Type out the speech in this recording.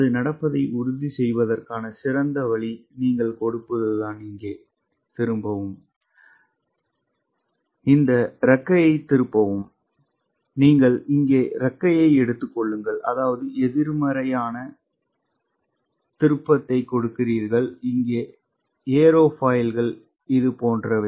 அது நடப்பதை உறுதி செய்வதற்கான சிறந்த வழி நீங்கள் கொடுப்பதுதான் இங்கே திருப்பவும் இந்த இறக்கையை திருப்பவும் நீங்கள் இங்கே இறக்கையை எடுத்துக் கொள்ளுங்கள் அதாவது எதிர்மறையான திருப்பத்தை கொடுக்கிறீர்கள் இங்கே ஏரோஃபைல்கள் இது போன்றவை